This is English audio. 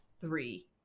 three